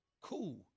cool